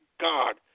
God